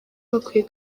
bakwiye